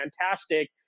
fantastic